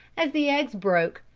as the eggs broke,